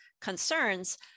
concerns